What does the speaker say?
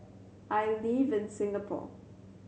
I live in Singapore